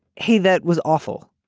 hey, that was awful.